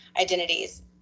identities